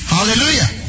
Hallelujah